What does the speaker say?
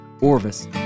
Orvis